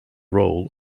role